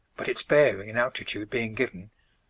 but its bearing and altitude being given,